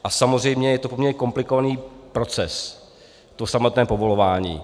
A samozřejmě je to poměrně komplikovaný proces, to samotné povolování.